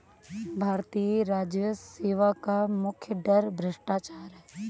भारतीय राजस्व सेवा का मुख्य डर भ्रष्टाचार है